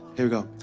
here we go.